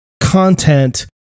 content